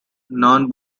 non